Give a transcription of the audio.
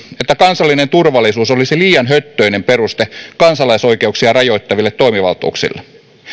että kansallinen turvallisuus olisi liian höttöinen peruste kansalaisoikeuksia rajoittaville toimivaltuuksille